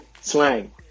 slang